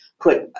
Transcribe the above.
put